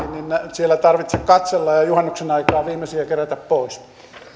siellä tarvitse katsella ja juhannuksen aikaan viimeisiä kerätä pois